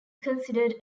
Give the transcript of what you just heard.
considered